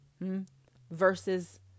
versus